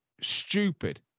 stupid